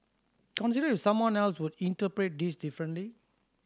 consider if someone else would interpret this differently